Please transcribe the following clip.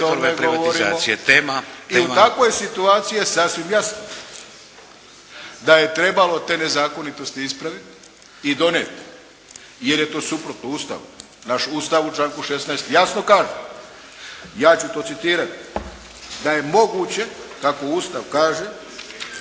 I u takovoj situaciji je sasvim jasno da je trebalo te nezakonitosti ispraviti i donijeti jer je to suprotno Ustavu. Naš Ustav u članku 16. jasno kaže, ja ću to citirati: «Da je moguće» tako Ustav kaže